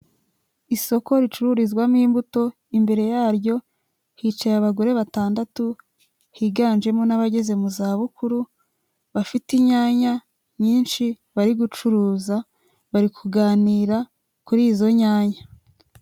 Isoko ricururizwamo imbuto imbere yaryo hicaye abagore batandatu higanjemo n'abageze muzabukuru bafite inyanya nyinshi bari gucuruza bari kuganira kuri izo nyanya.